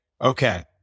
Okay